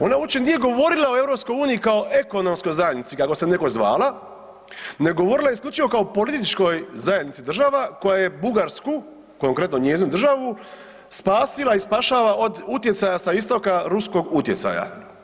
Ona uopće nije govorila o EU kao ekonomskoj zajednici kako se nekoć zvala, nego je govorila isključivo kao političkoj zajednici država koja je Bugarsku, konkretno njezinu državu spasila i spašava od utjecaja sa istoga ruskog utjecaja.